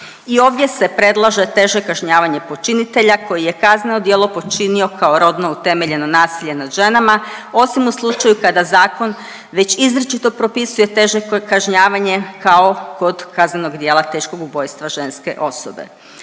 I ovdje se predlaže teže kažnjavanje počinitelja koji je kazneno djelo počinio kao rodno utemeljeno nasilje nad ženama, osim u slučaju kada zakon već izričito propisuje teže kažnjavanje kao kod kaznenog djela teškog ubojstva ženske osobe.